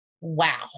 Wow